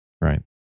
right